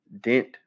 dent